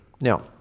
Now